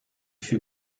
fut